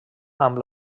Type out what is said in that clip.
amb